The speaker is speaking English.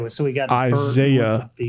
Isaiah